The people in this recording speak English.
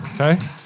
okay